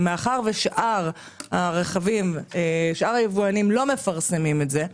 מאחר ושאר היבואנים לא מפרסמים את זה,